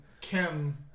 Kim